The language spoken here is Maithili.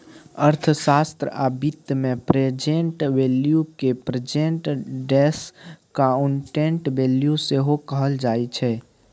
अर्थशास्त्र आ बित्त मे प्रेजेंट वैल्यू केँ प्रेजेंट डिसकांउटेड वैल्यू सेहो कहल जाइ छै